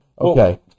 Okay